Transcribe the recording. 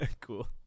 Cool